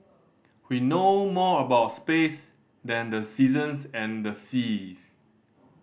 we know more about space than the seasons and the seas